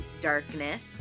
darkness